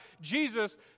Jesus